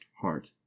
heart